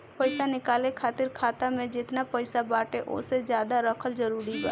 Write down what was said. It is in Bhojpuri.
पईसा निकाले खातिर खाता मे जेतना पईसा बाटे ओसे ज्यादा रखल जरूरी बा?